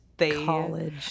college